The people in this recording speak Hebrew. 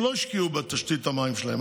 שלא השקיעו בתשתית המים שלהן,